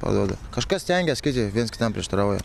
paduoda kažkas stengias kiti viens kitam prieštarauja